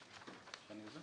השני.